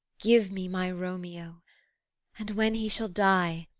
give me my romeo and, when he shall die,